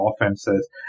offenses